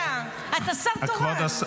אתה יודע, אתה שר תורן.